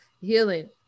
healing